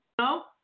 No